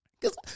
Cause